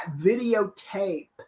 videotape